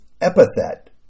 epithet